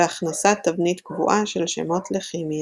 והכנסת תבנית קבועה של שמות לכימיה.